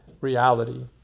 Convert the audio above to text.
reality